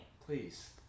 Please